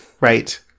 Right